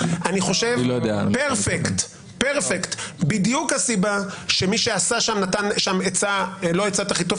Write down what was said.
אני רק אומר שאינני יודע אם ההחלטה הזאת הייתה טובה או לא טובה,